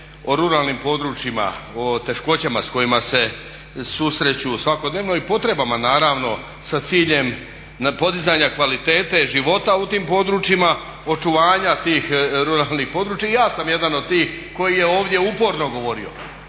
o ruralnim područjima, o teškoćama s kojima se susreću svakodnevno i potrebama naravno sa ciljem podizanja kvalitete života u tim područjima, očuvanja tih ruralnih područja i ja sam jedan od tih koji je ovdje uporno govorio,